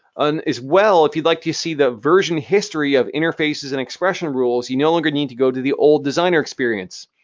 and as well, if you'd like to see the version history of interfaces and expression rules, you no longer need to go to the old designer experience.